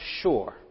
sure